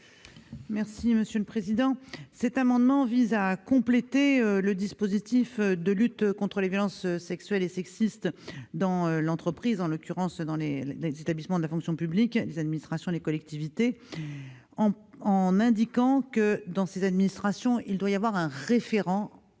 est à Mme Laurence Rossignol. Cet amendement vise à compléter le dispositif de lutte contre les violences sexuelles et sexistes dans l'entreprise, en l'occurrence dans les établissements de la fonction publique- les administrations, les collectivités -, en prévoyant la désignation d'un référent